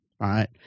right